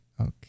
Okay